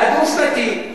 הדו-שנתי.